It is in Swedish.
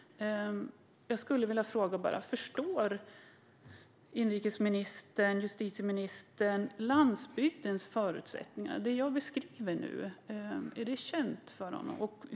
Förstår justitie och inrikesministern landsbygdens förutsättningar? Är det som jag beskriver nu känt för ministern?